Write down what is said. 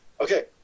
okay